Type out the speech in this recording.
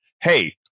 hey